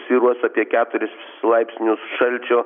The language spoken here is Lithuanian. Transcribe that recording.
svyruos apie keturis laipsnius šalčio